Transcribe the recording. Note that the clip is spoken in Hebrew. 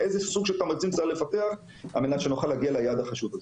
איזה סוג של תמריצים צריך לפתח על מנת שנוכל להגיע ליעד החשוב הזה?